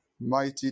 mighty